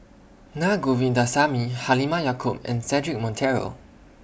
Na Govindasamy Halimah Yacob and Cedric Monteiro